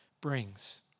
brings